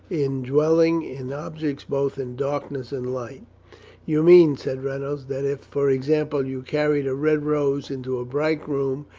indwelling in objects both in darkness and light you mean, said reynolds, that if, for example, you carried a red rose into a black room,